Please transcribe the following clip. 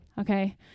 Okay